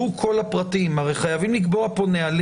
נכון.